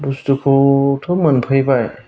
बसथुखौथ' मोनफैबाय